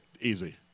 Easy